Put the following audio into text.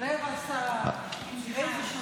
רבע שר, איזשהו שר.